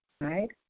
right